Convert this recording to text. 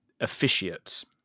officiates